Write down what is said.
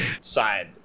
side